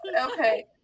Okay